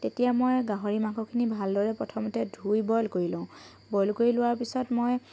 তেতিয়া মই গাহৰি মাংসখিনি ভালদৰে প্ৰথমতে মই ধুই বইল কৰি লওঁ বইল কৰি লোৱাৰ পিছত মই